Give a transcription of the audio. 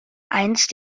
einst